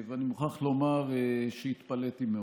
אני מוכרח לומר שהתפלאתי מאוד.